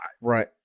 Right